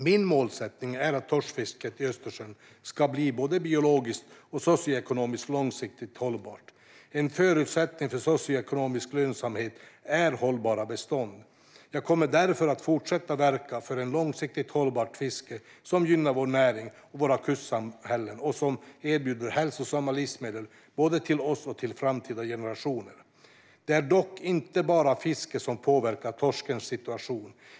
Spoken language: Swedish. Min målsättning är att torskfisket i Östersjön ska bli både biologiskt och socioekonomiskt långsiktigt hållbart. En förutsättning för socioekonomisk lönsamhet är hållbara bestånd. Jag kommer därför att fortsätta verka för ett långsiktigt hållbart fiske som gynnar vår näring och våra kustsamhällen och som erbjuder hälsosamma livsmedel både till oss och till framtida generationer. Det är dock inte bara fiske som påverkar torskens situation.